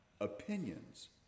opinions